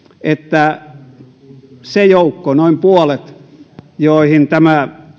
että kaikki ne noin puolet työttömistä joihin tämä